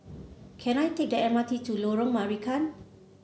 can I take M R T to Lorong Marican